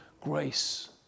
grace